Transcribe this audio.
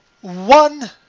one